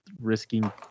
risking